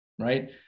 Right